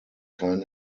kein